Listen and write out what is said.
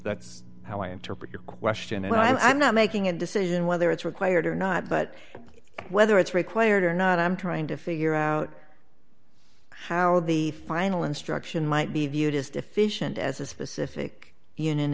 that's how i interpret your question and i'm not making a decision whether it's required or not but whether it's required or not i'm trying to figure out how the final instruction might be viewed as deficient as a specific un